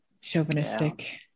chauvinistic